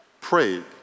prayed